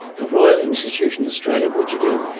the royal institution australia, what do you do?